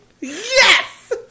Yes